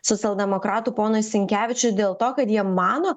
socialdemokratų ponui sinkevičiui dėl to kad jie mano